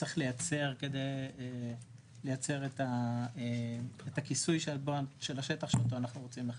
שצריך לייצר כדי לייצר את הכיסוי של השטח אותו אנחנו רוצים לכסות.